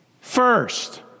first